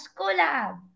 collab